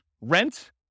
rent